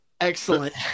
excellent